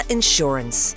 Insurance